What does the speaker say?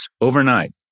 overnight